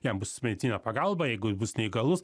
jam bus medicininė pagalba jeigu bus neįgalus